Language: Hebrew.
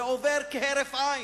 זה עובר כהרף עין.